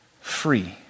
free